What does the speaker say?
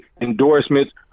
endorsements